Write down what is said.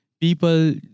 people